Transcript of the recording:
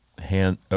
hand